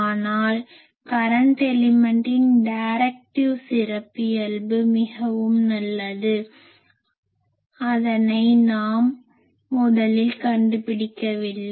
ஆனால் கரன்ட் எலிமென்ட்டின் டைரக்டிவ் சிறப்பியல்பு மிகவும் நல்லது அதனை நாம் முதலில் கண்டுபிடிக்கவில்லை